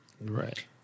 Right